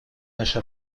наши